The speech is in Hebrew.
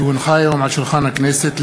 כי הונחה היום על שולחן הכנסת,